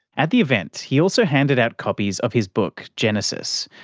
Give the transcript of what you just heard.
at the event he also handed out copies of his book genesis,